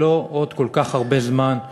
זה לא עוד כל כך הרבה זמן,